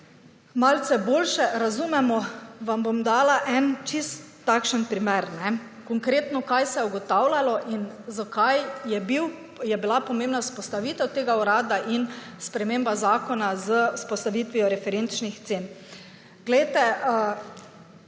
malce boljše razumemo, vam bom dala en čisto takšen primer, kajne, konkretno, kaj se je ugotavljalo in zakaj je bila pomembna vzpostavitev tega urada in sprememba zakona z vzpostavitvijo referenčnih cen. Glejte,